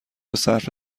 صرف